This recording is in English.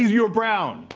you're brown!